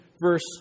verse